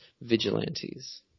vigilantes